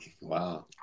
Wow